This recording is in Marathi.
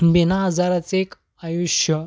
बिनाआजाराचं एक आयुष्य